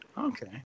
Okay